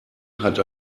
hat